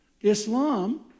Islam